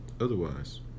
otherwise